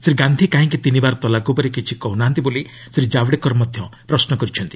ଶ୍ରୀ ଗାନ୍ଧି କାହିଁକି ତିନିବାର ତଲାକ୍ ଉପରେ କିଛି କହୁ ନାହାନ୍ତି ବୋଲି ଶ୍ରୀ ଭାବ୍ଡେକର ପ୍ରଶ୍ନ କରିଛନ୍ତି